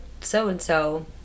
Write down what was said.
so-and-so